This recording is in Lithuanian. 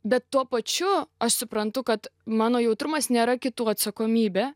bet tuo pačiu aš suprantu kad mano jautrumas nėra kitų atsakomybė